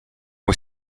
aux